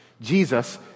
Jesus